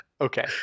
Okay